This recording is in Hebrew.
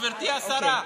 גברתי השרה.